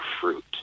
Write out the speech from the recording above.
fruit